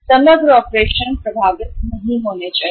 समग्र ऑपरेशन प्रभावित नहीं होना चाहिए